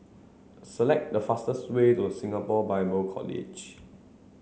select the fastest way to Singapore Bible College